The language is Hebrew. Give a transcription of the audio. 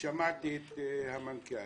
שמעתי את המנכ"ל.